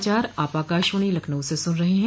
यह समाचार आप आकाशवाणी लखनऊ से सुन रहे हैं